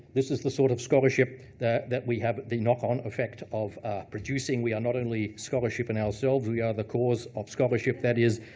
this is the sort of scholarship that that we have the knockon effect of producing. we are not only scholarship in ourselves, we are the cause of scholarship, that is,